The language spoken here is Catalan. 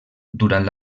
durant